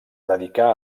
dedicà